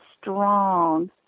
strong